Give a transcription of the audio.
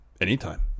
anytime